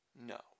No